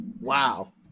Wow